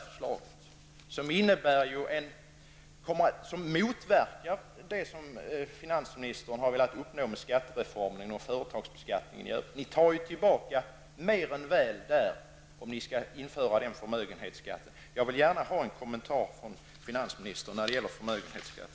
Förslaget motverkar det som finansministern har velat uppnå med skattereformen och företagsbeskattningen i övrigt. Ni socialdemokrater tar tillbaka mer än väl om ni skall införa denna förmögenhetsskatt. Jag vill gärna har en kommentar från finansministern när det gäller förmögenhetsskatt.